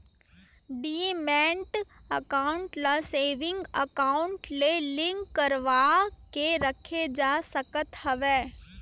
demat account ल saving account ले link करवाके रखे जा सकत हवय